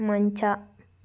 ಮಂಚ